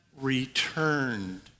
returned